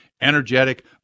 energetic